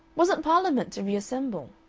wasn't parliament to reassemble?